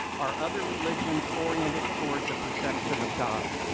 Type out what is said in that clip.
are other religions oriented towards a perception of god?